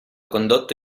condotto